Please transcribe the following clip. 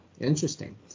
Interesting